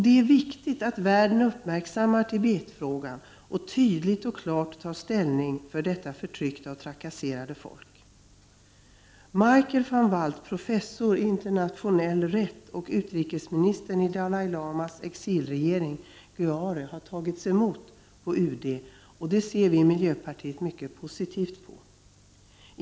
Det är viktigt att världen uppmärksammar Tibetfrågan och tydligt och klart tar ställning för detta förtryckta och trakasserade folk. Mikael van Walt, professor i internationell rätt, och utrikesministern i Dalai Lamas exilregering Gyari har tagits emot på UD, och det ser vi i miljöpartiet mycket positivt på.